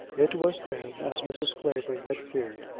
it was then as mrs. clavering had feared.